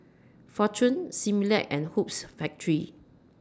Fortune Similac and Hoops Factory